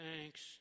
thanks